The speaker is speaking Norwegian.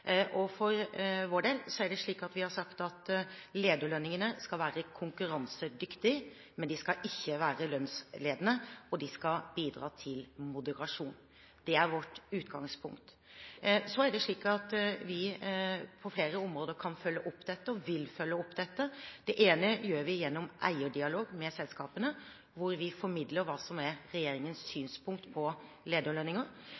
For vår del er det slik at vi har sagt at lederlønningene skal være konkurransedyktige, men de skal ikke være lønnsledende, og de skal bidra til moderasjon. Det er vårt utgangspunkt. Så er det slik at vi på flere områder kan følge opp dette og vil følge opp dette. Det ene gjør vi gjennom eierdialog med selskapene, hvor vi formidler hva som er regjeringens